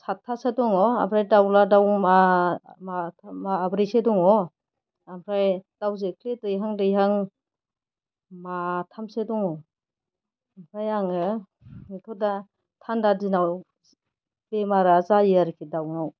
सातथासो दङ आमफ्राय दाउला दाउ ओ माथाम माब्रैसो दङ आमफ्राय दाउ जोख्लि दैहां दैहां माथामसो दङ आमफ्राय आङो बेखौदा थानदा दिनाव बेमारा जायो आरोखि दाउनाव